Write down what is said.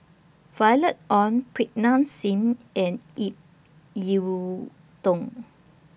Violet Oon Pritam Singh and Ip Yiu Tung